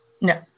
No